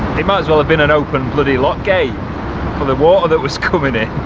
it might as well have been an open bloody lock gate for the water that was coming in.